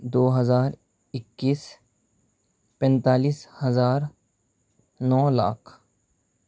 دو ہزار اکیس پینتالیس ہزار نو لاکھ